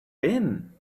been